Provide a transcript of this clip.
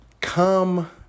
come